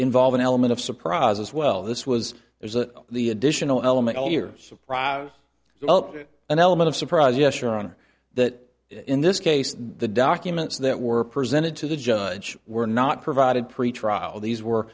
involve an element of surprise as well this was there's a the additional element of yours well an element of surprise yes you're on that in this case the documents that were presented to the judge were not provided pretrial these were